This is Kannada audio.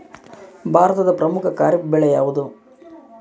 ಭಾರತದ ಪ್ರಮುಖ ಖಾರೇಫ್ ಬೆಳೆ ಯಾವುದು?